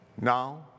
Now